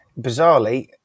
bizarrely